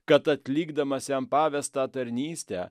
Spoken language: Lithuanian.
kad atlikdamas jam pavestą tarnystę